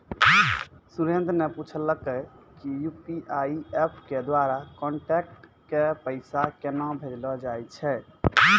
सुरेन्द्र न पूछलकै कि यू.पी.आई एप्प के द्वारा कांटैक्ट क पैसा केन्हा भेजलो जाय छै